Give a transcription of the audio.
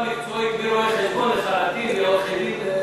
הסבה מקצועית מרואי-חשבון לחרטים ומעורכי-דין,